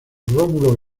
rómulo